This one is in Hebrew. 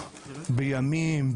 בימים,